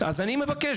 אז אני מבקש,